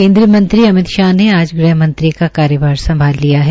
केन्द्रीय मंत्री अमित शाह ने आज गृहमंत्री का कार्यभार संभाल लिया है